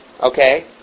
Okay